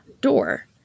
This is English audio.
door